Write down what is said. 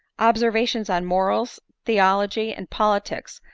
observations on morals, theology, and politics,